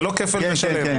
זה לא כפל בשלם.